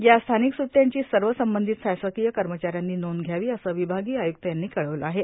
या स्थानिक स्ट्यांची सर्व संबंधित शासकीय कर्मचा यांनी नोंद घ्यावी असं विभागीय आय्क्त यांनी कळविलं आहे